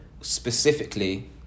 specifically